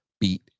beat